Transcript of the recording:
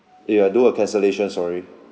if I do a cancellation sorry